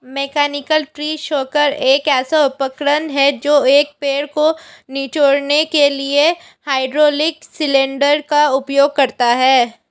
mechanical tree shaker एक ऐसा उपकरण है जो एक पेड़ को निचोड़ने के लिए हाइड्रोलिक सिलेंडर का उपयोग करता है